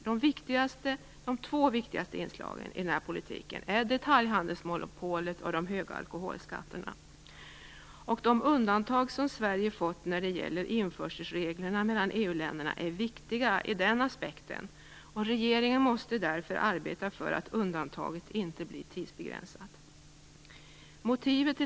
De två viktigaste inslagen i denna politik är detaljhandelsmonopolet och de höga alkoholskatterna. De undantag som Sverige har fått när det gäller införselreglerna mellan EU-länderna är viktiga i denna aspekt, och regeringen måste därför arbeta för att undantaget inte blir tidsbegränsat.